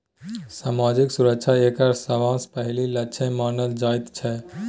सामाजिक सुरक्षा एकर सबसँ पहिल लक्ष्य मानल जाइत छै